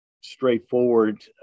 straightforward